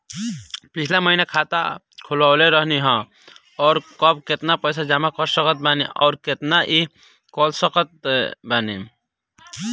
पिछला महीना खाता खोलवैले रहनी ह और अब केतना पैसा जमा कर सकत बानी आउर केतना इ कॉलसकत बानी?